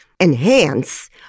enhance